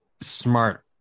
smart